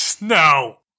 No